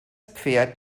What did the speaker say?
pferd